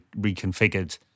reconfigured